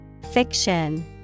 Fiction